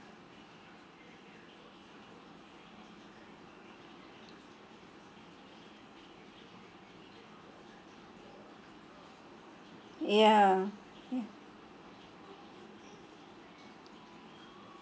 ya